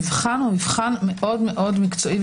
המבחן מאוד מקצועי.